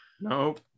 nope